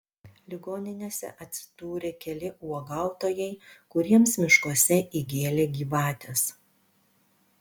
ligoninėse atsidūrė keli uogautojai kuriems miškuose įgėlė gyvatės